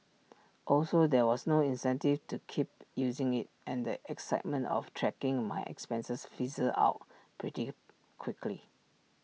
also there was no incentive to keep using IT and the excitement of tracking my expenses fizzled out pretty quickly